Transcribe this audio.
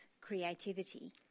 creativity